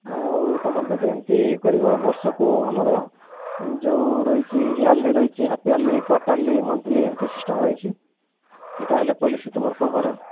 ଆଉ ତମର ଯଦି ଏମିତି କରିବ ବର୍ଷକୁ ଆମର ଯେଉଁ ରହିଛି ୟାର୍ଲି ରହିଛି ହାପ୍ ୟାର୍ଲି କ୍ୱାଟରଲି ମନ୍ଥଲି ଏମତି ସିଷ୍ଟମ୍ ରହିଚି ଏଇଟା ହେଲା ପଲିସି ତୁମର କଭର୍